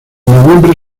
noviembre